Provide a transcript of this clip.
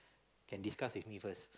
can discuss with me first